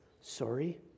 sorry